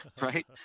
right